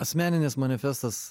asmeninis manifestas